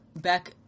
Back